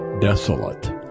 desolate